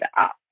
up